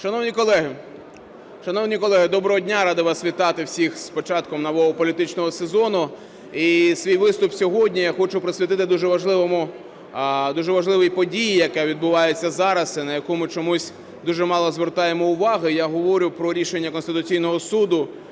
Шановні колеги, доброго дня! Радий вас вітати всіх з початком нового політичного сезону. І свій виступ сьогодні я хочу присвятити дуже важливій події, яка відбувається зараз і на яку ми чомусь дуже мало звертаємо увагу. Я говорю про рішення Конституційного Суду,